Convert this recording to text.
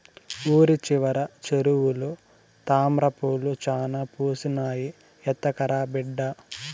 ఊరి చివర చెరువులో తామ్రపూలు చాలా పూసినాయి, ఎత్తకరా బిడ్డా